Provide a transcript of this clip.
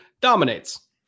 dominates